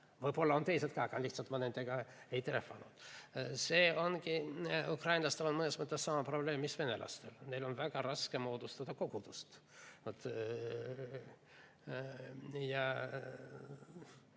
Võib-olla on teised ka, aga lihtsalt nendega ma pole trehvanud. Eks ukrainlastel on mõnes mõttes sama probleem mis venelastel, neil on väga raske moodustada kogudust. Ma